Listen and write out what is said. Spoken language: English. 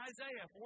Isaiah